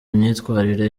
imyitwarire